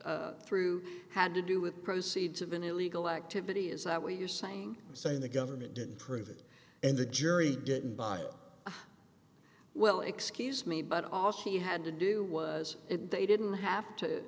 going through had to do with proceeds of an illegal activity is that what you're saying saying the government didn't prove it and the jury didn't buy well excuse me but also you had to do was they didn't have to